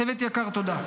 צוות יקר, תודה.